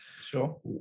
Sure